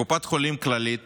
לקופת חולים כללית